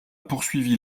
poursuivi